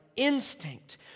instinct